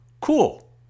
Cool